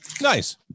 Nice